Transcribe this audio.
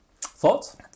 Thoughts